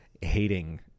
hating